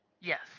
Yes